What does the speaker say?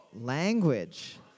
language